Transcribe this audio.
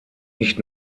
nicht